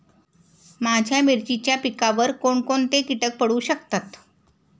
माझ्या मिरचीच्या पिकावर कोण कोणते कीटक पडू शकतात?